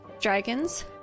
dragons